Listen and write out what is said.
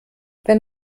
wenn